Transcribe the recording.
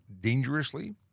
dangerously